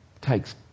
takes